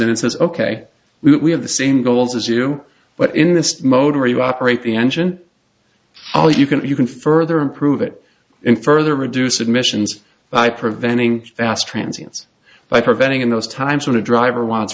in and says ok we have the same goals as you but in this mode where you operate the engine all you can do you can further improve it in further reduce emissions by preventing fast transients by preventing in those times when a driver wants